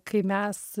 kai mes